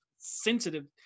sensitive